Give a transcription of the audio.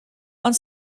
ond